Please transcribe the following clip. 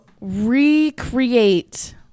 recreate